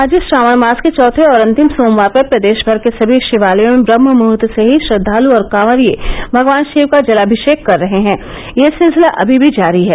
आज श्रावण मास के चौथे और अंतिम सोमवार पर प्रदेश भर के सभी शिवालयों में ब्रम्हमुदूर्त से ही श्रद्दालू और कॉवरिये भगवान शिव का जलाभि ीक कर रहे हैं यह सिलसिला अमी भी जारी है